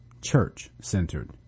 church-centered